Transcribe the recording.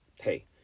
hey